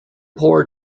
poor